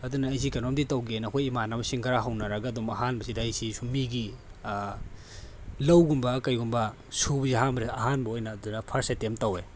ꯑꯗꯨꯅ ꯑꯩꯁꯦ ꯀꯩꯅꯣꯝꯃꯗꯤ ꯇꯧꯒꯦꯅ ꯑꯩꯈꯣꯏ ꯏꯃꯥꯟꯅꯕꯁꯤꯡ ꯈꯔ ꯍꯧꯅꯔꯒ ꯗꯨꯝ ꯑꯍꯥꯟꯕꯁꯤꯗ ꯑꯩꯁꯦ ꯁꯨꯝ ꯃꯤꯒꯤ ꯂꯧꯒꯨꯝꯕ ꯀꯔꯤꯒꯨꯝꯕ ꯁꯨꯕꯁꯦ ꯑꯍꯥꯟꯕꯗ ꯑꯍꯥꯟꯕ ꯑꯣꯏꯅ ꯑꯗꯨꯗ ꯐ꯭ꯔꯁ ꯑꯦꯇꯦꯝ ꯇꯧꯏ